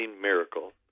miracle